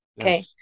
Okay